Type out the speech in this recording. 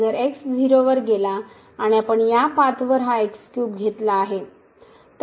जर x 0 वर गेला आणि आपण या पाथवर हा x क्यूब घेतला आहे